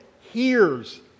hears